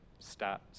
stats